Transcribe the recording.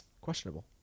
questionable